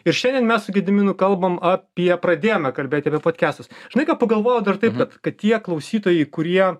ir šiandien mes su gediminu kalbam apie pradėjome kalbėti apie podkestus žinai ką pagalvojau dar taip kad kad tie klausytojai kurie